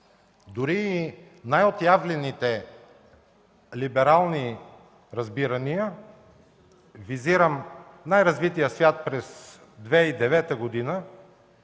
Дори и най-отявлените либерални разбирания, визирам най-развития свят през 2009 г.,